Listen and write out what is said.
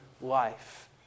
life